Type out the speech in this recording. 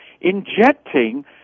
injecting